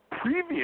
previous